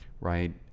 right